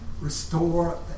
restore